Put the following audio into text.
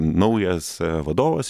naujas vadovas